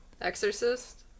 Exorcist